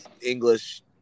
English